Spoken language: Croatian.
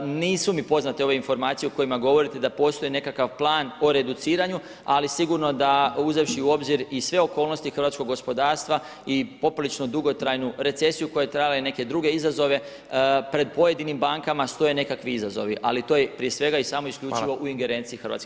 Nisu mi poznate ove informacije o kojima govorite da postoji nekakav plan o reduciranju ali sigurno da uzevši u obzir i sve okolnosti hrvatskog gospodarstva i poprilično dugotrajnu recesiju koja je trajala i neke druge izazove, pred pojedinim bankama stoje nekakvi izazovi ali to je prije svega i samo isključivo u ingerenciji HNB—a. Hvala lijepa.